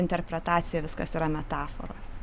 interpretacija viskas yra metaforos